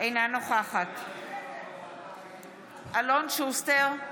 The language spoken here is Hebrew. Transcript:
אינה נוכחת אלון שוסטר,